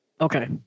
Okay